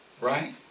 Right